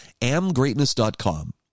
AmGreatness.com